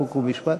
חוק ומשפט.